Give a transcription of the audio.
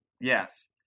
yes